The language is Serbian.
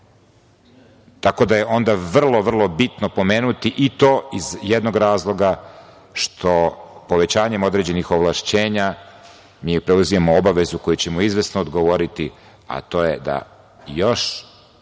Srbije. Tako da, vrlo je bitno pomenuti i to, iz jednog razloga, što povećanje određenih ovlašćenja, mi preuzimamo obavezu koju ćemo izvesno odgovoriti, a to je da još